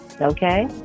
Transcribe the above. Okay